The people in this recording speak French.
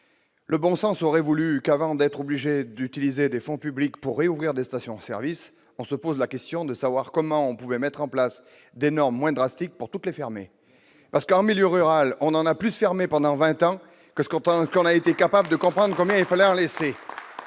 le bon sens aurait voulu qu'avant d'être obligé d'utiliser des fonds publics pour réouvrir des stations-service, on se pose la question de savoir comment on pouvait mettre en place des normes moins drastique pour toutes les fermer, parce qu'en milieu rural, on en a plus fermé pendant 20 ans que ce qu'on a été capable de comprendre comment il fallait un.